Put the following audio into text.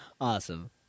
Awesome